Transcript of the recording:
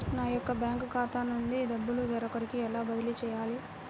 నా యొక్క బ్యాంకు ఖాతా నుండి డబ్బు వేరొకరికి ఎలా బదిలీ చేయాలి?